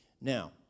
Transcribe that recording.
Now